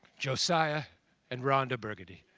josiah and rhonda burgundy.